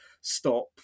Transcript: stop